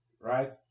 right